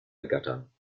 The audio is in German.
ergattern